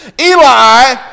Eli